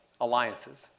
alliances